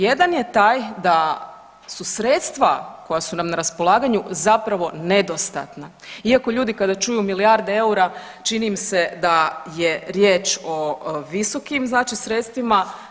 Jedan je taj da su sredstva koja su nam na raspolaganju zapravo nedostatna, iako ljudi kada čuju milijarde eura čini im se da je riječ o visokim sredstvima.